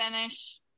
finish